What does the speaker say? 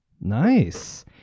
Nice